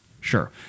Sure